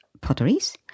potteries